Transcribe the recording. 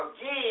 again